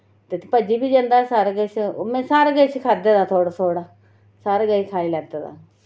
ते भज्जी बी जंदा हा सारा किश ओह् में सारा किश खाद्धे दा थोह्ड़ा थोह्ड़ा सारा किश खाई लैते दा